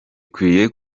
ikwiye